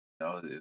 No